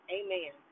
amen